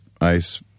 ice